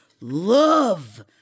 love